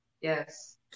Yes